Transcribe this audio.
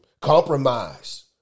Compromise